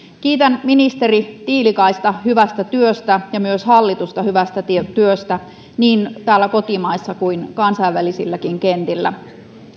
kiitän ministeri tiilikaista hyvästä työstä ja myös hallitusta hyvästä työstä niin täällä kotimaassa kuin kansainvälisilläkin kentillä